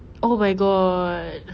oh my god